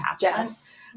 yes